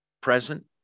present